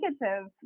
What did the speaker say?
negative